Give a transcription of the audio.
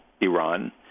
Iran